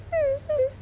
mm mm